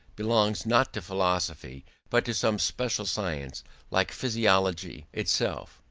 belongs not to philosophy but to some special science like physiology, itself,